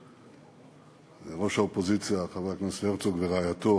ראש האופוזיציה חבר הכנסת הרצוג ורעייתו,